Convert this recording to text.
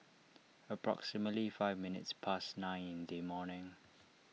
approximately five minutes past nine in the morning